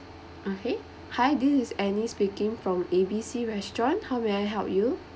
okay hi this is annie speaking from A B C restaurant how may I help you